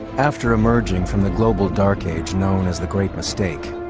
after emerging from the global dark age known as the great mistake,